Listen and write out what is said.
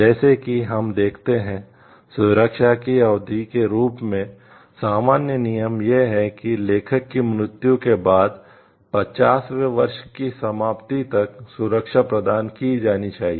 जैसा कि हम देखते हैं सुरक्षा की अवधि के रूप में सामान्य नियम यह है कि लेखक की मृत्यु के बाद 50 वें वर्ष की समाप्ति तक सुरक्षा प्रदान की जानी चाहिए